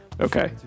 Okay